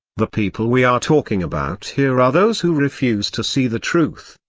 the people we are talking about here are those who refuse to see the truth,